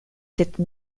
cette